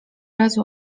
razu